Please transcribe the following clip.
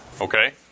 Okay